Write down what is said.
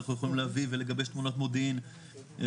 אנחנו יכולים להביא ולגבש תמונת מודיעין שלא